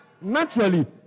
naturally